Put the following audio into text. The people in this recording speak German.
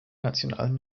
nationalen